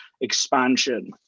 expansion